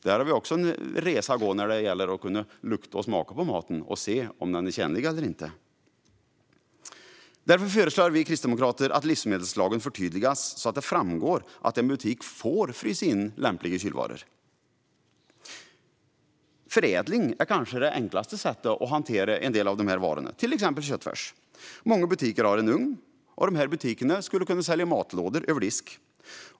Där har vi också en resa att gå när det gäller att kunna lukta och smaka på maten för att avgöra om den är tjänlig eller inte. Därför föreslår vi kristdemokrater att livsmedelslagen förtydligas så att det framgår att en butik får frysa in lämpliga kylvaror. Förädling är kanske det enklaste sättet att hantera en del av de här varorna, till exempel köttfärs. Många butiker har en ugn. Dessa butiker skulle kunna sälja matlådor över disk.